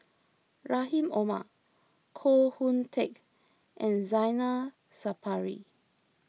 Rahim Omar Koh Hoon Teck and Zainal Sapari